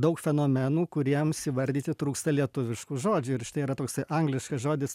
daug fenomenų kuriems įvardyti trūksta lietuviškų žodžių ir štai yra toksai angliškas žodis